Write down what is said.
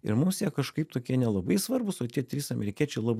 ir mums jie kažkaip tokie nelabai svarbūs o tie trys amerikiečiai labai